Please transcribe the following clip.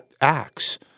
acts